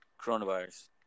Coronavirus